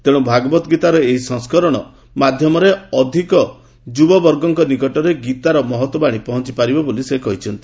ତେଣୁ ଭଗବତ ଗୀତାର ଏହି ଇ ସଂସ୍କରଣ ମାଧ୍ୟମରେ ଅଧିକ ଯୁବବର୍ଗଙ୍କ ନିକଟରେ ଗୀତା ଓ ମହତବାଣୀ ପହଞ୍ଚ ପାରିବ ବୋଲି ସେ କହିଛନ୍ତି